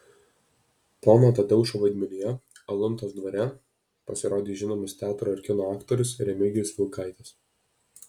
pono tadeušo vaidmenyje aluntos dvare pasirodys žinomas teatro ir kino aktorius remigijus vilkaitis